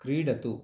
क्रीडतु